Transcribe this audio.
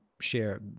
share